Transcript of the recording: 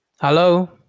Hello